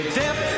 dip